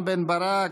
רם בן-ברק,